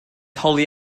holi